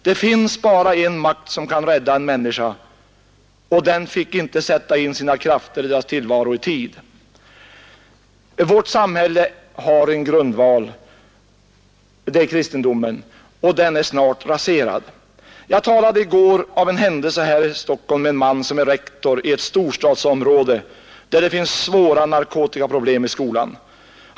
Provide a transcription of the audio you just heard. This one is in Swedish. Det finns bara en makt som kan rädda en människa, och den fick inte sätta in sina krafter i deras tillvaro i tid. Vårt samhälle har en grundval, nämligen kristendomen, och den är snart raserad. Jag talade i går av en händelse här i Stockholm med en man som är rektor i ett storstadsområde där det finns svåra narkotikaproblem i skolan.